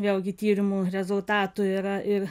vėlgi tyrimų rezultatų yra ir